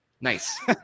Nice